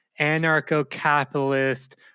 anarcho-capitalist